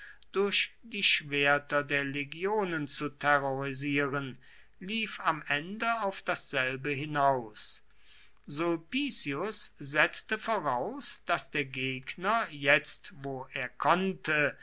durch die schwerter der legionen zu terrorisieren lief am ende auf dasselbe hinaus sulpicius setzte voraus daß der gegner jetzt wo er konnte